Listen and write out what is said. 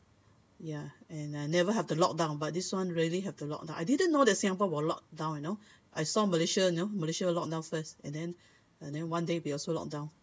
ya and I never have to lock down but this one really have to lock down I didn't know that singapore will locked down you know I saw malaysia you know malaysia locked down first and then and then one day we also locked down